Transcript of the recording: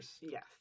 Yes